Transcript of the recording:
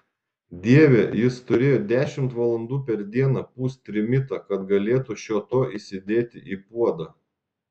dieve jis turėjo dešimt valandų per dieną pūst trimitą kad galėtų šio to įsidėti į puodą